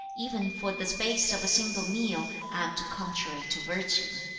even for the space of a single meal, act contrary to virtue.